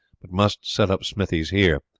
but must set up smithies here.